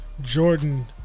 Jordan